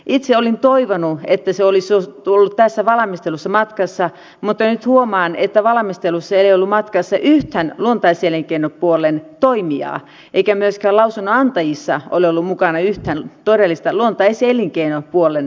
itse olin toivonut että se olisi ollut tässä valmistelussa matkassa mutta nyt huomaan että valmistelussa ei ollut matkassa yhtään luontaiselinkeinopuolen toimijaa eikä myöskään lausunnonantajissa ole ollut mukana yhtään todellista luontaiselinkeinopuolen toimijaa